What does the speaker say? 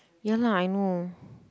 ya lah I know